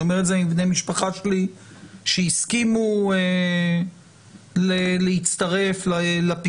אני אומר את זה מבני משפחה שלי שהסכימו להצטרף לפיקוח,